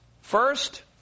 First